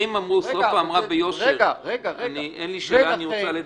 סופה אמרה ביושר: אין לי שאלה, אני רוצה לדבר.